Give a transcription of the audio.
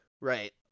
Right